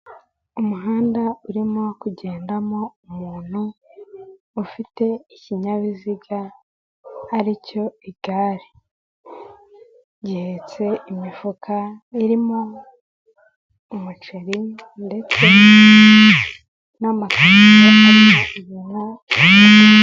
Umuhanda urimo kugendamo umuntu ufite ikinyabiziga aricyo igare. Gihetse imifuka irimo umuceri ndetse n'amakarito arimo ibintu bitandukanye.